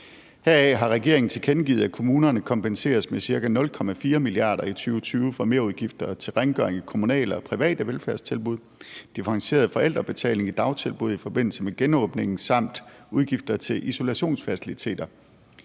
Heraf har regeringen tilkendegivet, at kommunerne kompenseres med ca. 0,4 mia. kr. i 2020 for merudgifter til rengøring i kommunale og private velfærdstilbud, differentieret forældrebetaling i dagtilbud i forbindelse med genåbningen samt udgifter til isolationsfaciliteter.